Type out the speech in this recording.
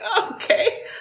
okay